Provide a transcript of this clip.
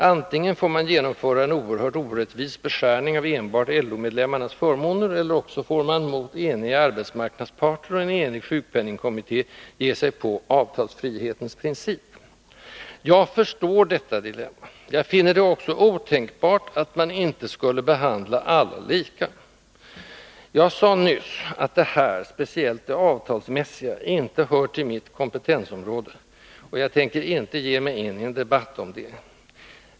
Antingen får man genomföra en oerhört orättvis beskärning av enbart LO-medlemmarnas förmåner eller också får man mot eniga arbetsmarknadsparter och en enig sjukpenningkommitté ge sig på avtalsfrihetens princip.” Jag förstår detta dilemma. Jag finner det också otänkbart att man inte skulle behandla alla lika. Jag sade nyss att det här — speciellt det avtalsmässiga — inte hör till mitt kompetensområde, och jag tänker inte ge mig in i en debatt om det.